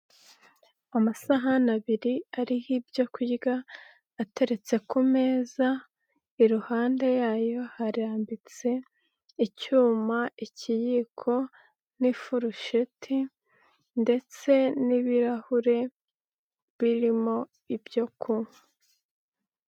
Amasahani abiri ariho ibyo kurya ateretse ku meza iruhande yayo harambitse icyuma ikiyiko n'ifurusheti ndetse n'ibirahure birimo ibyo kunywa.